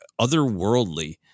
otherworldly